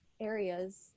areas